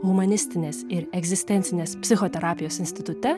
humanistinės ir egzistencinės psichoterapijos institute